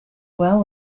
well